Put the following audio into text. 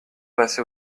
passé